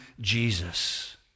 Jesus